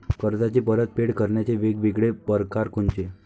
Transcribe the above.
कर्जाची परतफेड करण्याचे वेगवेगळ परकार कोनचे?